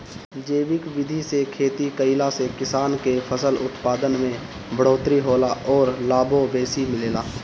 जैविक विधि से खेती कईला से किसान के फसल उत्पादन में बढ़ोतरी होला अउरी लाभो बेसी मिलेला